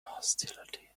hostility